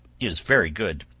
is very good.